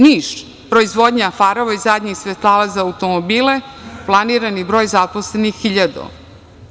Niš, proizvodnja farova i zadnjih svetala za automobile, planirani broj zaposlenih 1.000.